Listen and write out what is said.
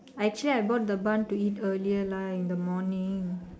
actually I bought the bun to eat earlier lah in the morning